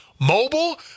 Mobile